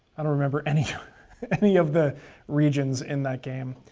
i don't remember any any of the regions in that game,